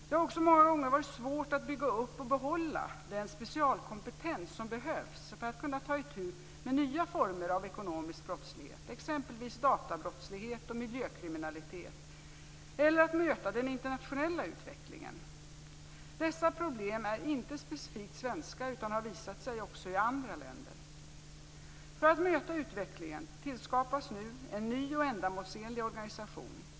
Det har också många gånger varit svårt att bygga upp och behålla den specialkompetens som behövs för att kunna ta itu med nya former av ekonomisk brottslighet, exempelvis databrottslighet och miljökriminalitet, eller att möta den internationella utvecklingen. Dessa problem är inte specifikt svenska utan har visat sig också i andra länder. För att möta utvecklingen tillskapas nu en ny och ändamålsenlig organisation.